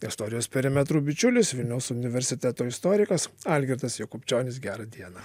istorijos perimetrų bičiulis vilniaus universiteto istorikas algirdas jakubčionis gerą dieną